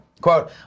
Quote